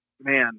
man